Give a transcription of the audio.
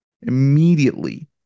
immediately